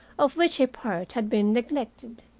of which a part had been neglected.